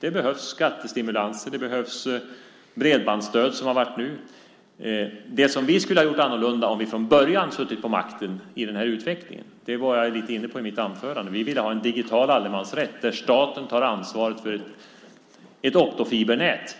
Det behövs skattestimulanser och det behövs bredbandsstöd, som man har haft nu. I mitt anförande var jag lite grann inne på det som vi skulle ha gjort annorlunda om vi hade suttit på makten från början i den här utveckling. Vi ville ha en digital allemansrätt där staten tar ansvaret för ett heltäckande optofibernät,